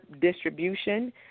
distribution